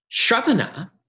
Shravana